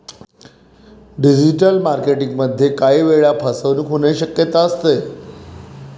digital marketing मध्ये काही वेळा फसवणूक होण्याची शक्यता असते